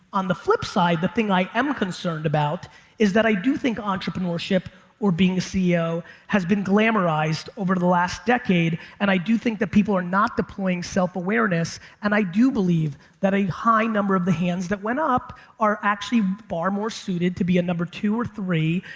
on the flip side, the thing i am concerned about is that i do think entrepreneurship or being a ceo has been glamorized over the last decade, and i do think that people are not deploying self-awareness, and i do believe that a high number of the hands that went up are actually far more suited to be a number two or three.